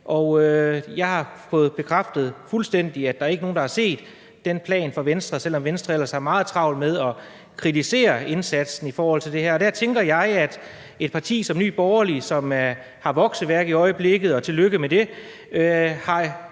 jeg har fået fuldstændig bekræftet, at der ikke er nogen, der har set den plan fra Venstres side, selv om Venstre ellers har meget travlt med at kritisere indsatsen i forhold til det her. Der vil jeg høre, om et parti som Nye Borgerlige, som har vokseværk i øjeblikket, og tillykke med det, har